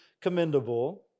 commendable